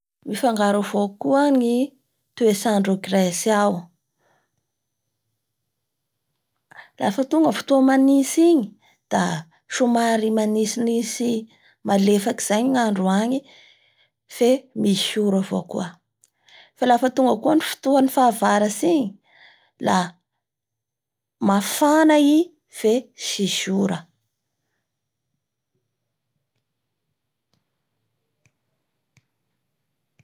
Mifangaro avao koa ny toetrandro a grece ao afa tonga fotoa manintsy igny da somary manintsinintsy maelafaky izay ny andro agny fe misy ora avao koa, fa lafa tonga koa ny fotoan'ny fahavaratsy igny, la mafana i fe tsis ora